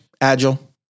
agile